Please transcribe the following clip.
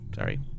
Sorry